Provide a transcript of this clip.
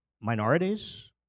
minorities